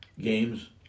games